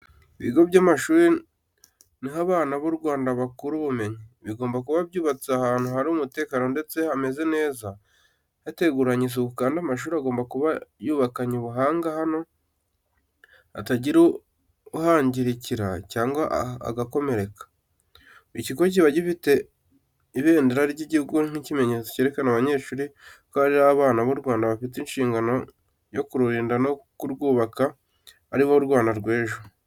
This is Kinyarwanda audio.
Ibigo by'amashuri ni ho abana b'u Rwanda bakura ubumenyi, bigomba kuba byubatse ahantu hari umutekano ndetse hameze neza hateguranye isuku kandi amashuri agomba kuba yubakanye ubuhanga hano hatagira uhangirikira cyangwa agakomereka. Buri kigo kiba gifite ibendera ry'igihugu nk'ikimenyetso cyereka abanyeshuri ko ari abana b’u Rwanda bafite inshingano yo kurukunda no kurwubaka kuko ari bo Rwanda rw'ejo.